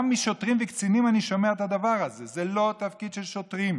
גם משוטרים וקצינים אני שומע את הדבר הזה: זה לא תפקיד של שוטרים,